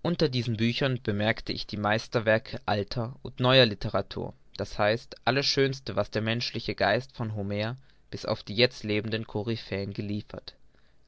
unter diesen büchern bemerkte ich die meisterwerke alter und neuer literatur d h alles schönste was der menschliche geist von homer bis auf die jetzt lebenden koryphäen geliefert